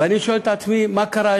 ואני שואל את עצמי, מה קרה?